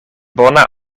bona